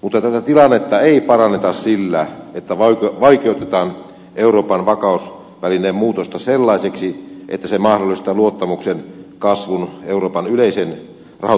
mutta tätä tilannetta ei paranneta sillä että vaikeutetaan euroopan rahoitusvakausvälineen muutosta sellaiseksi että se mahdollistaa luottamuksen kasvun euroopan yleiseen rahoitustilanteeseen